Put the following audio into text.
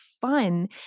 fun